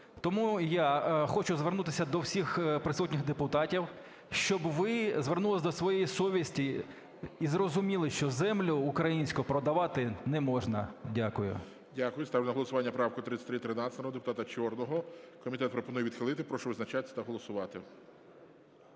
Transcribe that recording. Тому я хочу звернутися до всіх присутніх депутатів, щоб ви звернулися до своєї совісті і зрозуміли, що землю українську продавати не можна. Дякую. ГОЛОВУЮЧИЙ Дякую. Ставлю на голосування правку 3313 народного депутата Чорного, комітет пропонує відхилити. Прошу визначатись та голосувати.